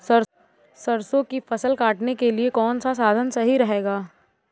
सरसो की फसल काटने के लिए कौन सा साधन सही रहेगा?